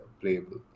playable